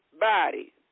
body